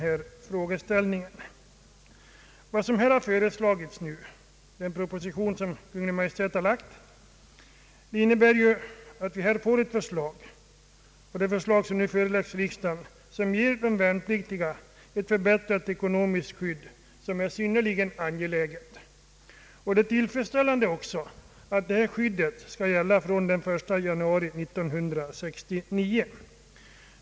Förslaget i den av Kungl. Maj:t framlagda propositionen innebär ju att de värnpliktiga får ett förbättrat ekonomiskt skydd vid olycksfall som är synnerligen angeläget. Det är också tillfredsställande att detta skydd skall gälla från den 1 januari 1969.